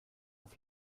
auf